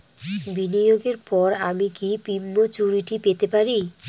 বিনিয়োগের পর আমি কি প্রিম্যচুরিটি পেতে পারি?